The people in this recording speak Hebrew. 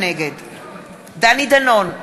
נגד דני דנון,